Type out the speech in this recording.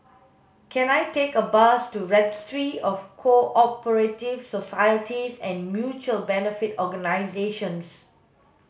can I take a bus to Registry of Co operative Societies and Mutual Benefit Organisations